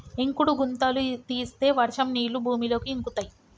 ఇంకుడు గుంతలు తీస్తే వర్షం నీళ్లు భూమిలోకి ఇంకుతయ్